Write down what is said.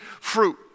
fruit